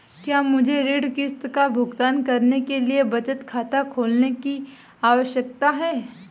क्या मुझे ऋण किश्त का भुगतान करने के लिए बचत खाता खोलने की आवश्यकता है?